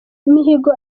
mihigo